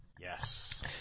Yes